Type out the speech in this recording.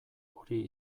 hori